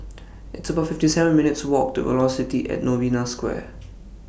It's about fifty seven minutes' Walk to Velocity At Novena Square